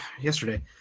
yesterday